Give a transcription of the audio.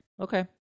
okay